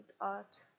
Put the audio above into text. art